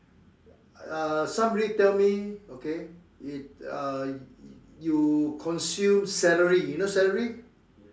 uh somebody tell me okay it uh you consume celery you know celery